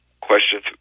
questions